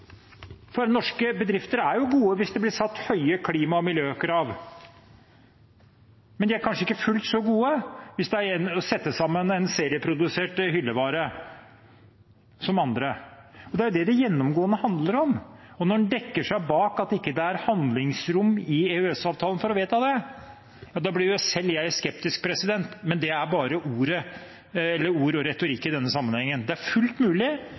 For norske bedrifter er jo gode hvis det blir satt høye klima- og miljøkrav, men de er kanskje ikke fullt så gode som andre når det gjelder å sette sammen en serieprodusert hyllevare. Det er det det gjennomgående handler om. Når en dekker seg bak at det ikke er handlingsrom i EØS-avtalen for å vedta det, blir selv jeg skeptisk, men det er bare ord og retorikk i denne sammenhengen. Det er selvfølgelig fullt mulig